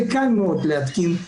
זה קל מאוד להתקין.